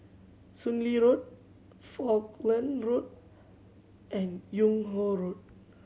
Soon Lee Road Falkland Road and Yung Ho Road